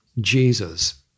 Jesus